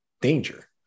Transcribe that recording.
danger